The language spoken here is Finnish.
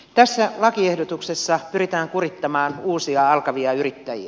tässä lakiehdotuksessa pyritään kurittamaan uusia aloittavia yrittäjiä